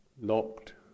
locked